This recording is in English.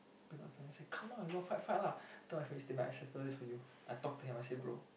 bring what friend say come lah you want fight fight lah told my friend you stay back I settle this for you I talk to him I say bro